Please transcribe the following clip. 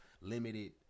limited